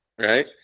Right